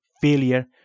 failure